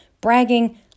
bragging